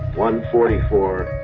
one forty four.